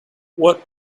what